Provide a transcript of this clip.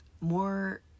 more